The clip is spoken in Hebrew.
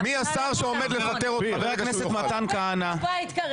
חבר הכנסת מתן כהנא,